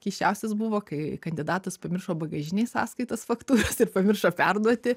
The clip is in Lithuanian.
keisčiausias buvo kai kandidatas pamiršo bagažinėj sąskaitas faktūras ir pamiršo perduoti